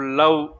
love